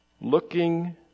Looking